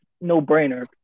no-brainer